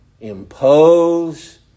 impose